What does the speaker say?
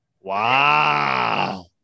Wow